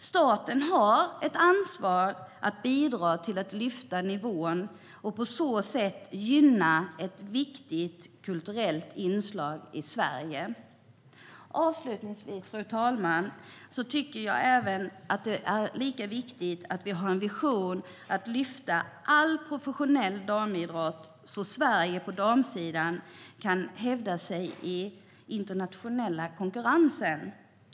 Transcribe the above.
Staten har ett ansvar att bidra till att lyfta nivån och på så sätt gynna ett viktigt kulturellt inslag i Sverige. Avslutningsvis, fru talman, tycker jag att det är lika viktigt att vi har en vision att lyfta fram all professionell damidrott, så att Sverige på damsidan kan hävda sig i den internationella konkurrensen.